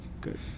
Good